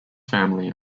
family